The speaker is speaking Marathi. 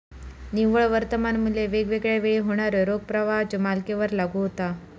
निव्वळ वर्तमान मू्ल्य वेगवेगळा वेळी होणाऱ्यो रोख प्रवाहाच्यो मालिकेवर लागू होता